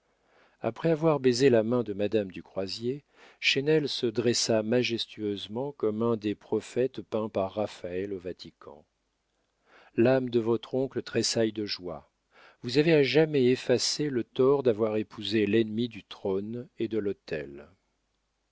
après avoir baisé la main de madame du croisier chesnel se dressa majestueusement comme un des prophètes peints par raphaël au vatican l'âme de votre oncle tressaille de joie vous avez à jamais effacé le tort d'avoir épousé l'ennemi du trône et de l'autel